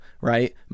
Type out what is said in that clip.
right